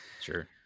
Sure